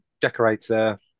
decorator